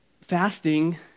fasting